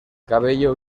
cabello